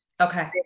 Okay